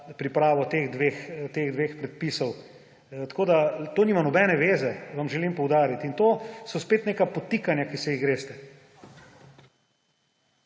pripravo teh dveh predpisov. To nima nobene veze, vam želim poudariti. In to so spet neka podtikanja, ki se jih greste.